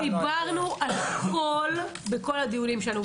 הפנים): דיברנו על הכול בכל הדיונים שלנו.